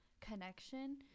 connection